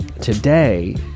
today